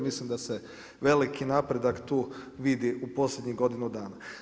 Mislim da se veliki napredak tu vidi u posljednjih godinu dana.